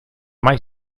mai